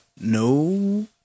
no